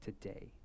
today